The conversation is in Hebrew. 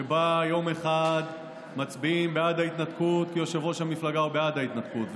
שבה יום אחד מצביעים בעד ההתנתקות כי יושב-ראש המפלגה הוא בעד ההתנתקות,